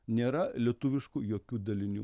nėra lietuviškų jokių dalinių